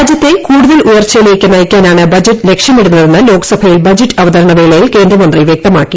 രാജ്യത്തെ കൂടുതൽ ഉയർച്ചയിലേക്ക് നയിക്കാനാണ് ബജറ്റ് ലക്ഷ്യമിട്ടുന്നതെന്ന് ലോക്സഭയിൽ ബജറ്റ് അവതരണ വേളയിൽ കേന്ദ്രമന്ത്രി വൃക്തമാക്കി